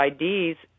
ids